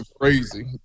crazy